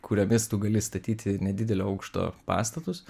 kuriomis tu gali statyti nedidelio aukšto pastatus